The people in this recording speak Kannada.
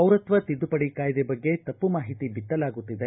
ಪೌರತ್ವ ತಿದ್ದುಪಡಿ ಕಾಯ್ದೆ ಬಗ್ಗೆ ತಪ್ಪು ಮಾಹಿತಿ ಬಿತ್ತಲಾಗುತ್ತಿದೆ